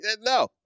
no